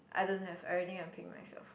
I don't have everything I paid myself